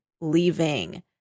leaving